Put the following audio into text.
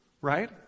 right